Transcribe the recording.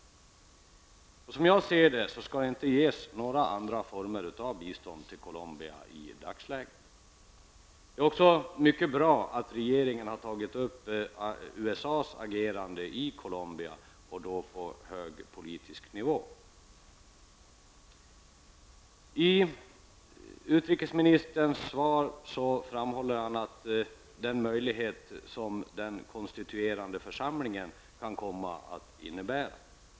Som jag ser det skall det i dagsläget inte ges några andra former av bistånd till Colombia. Det är också mycket bra att regeringen har tagit upp USAs agerande i Colombia och att detta har skett på hög politisk nivå. Utrikesministern framhåller i sitt svar den möjlighet som den konstituerande församlingen kan komma att innebära.